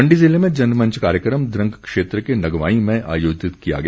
मंडी ज़िले में जनमंच कार्यक्रम द्वंग क्षेत्र के नगवाईं में आयोजित किया गया